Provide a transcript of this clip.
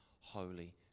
Holy